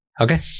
Okay